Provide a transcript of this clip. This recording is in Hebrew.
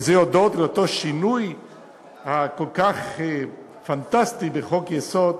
וזה הודות לאותו שינוי פנטסטי בחוק-יסוד,